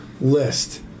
list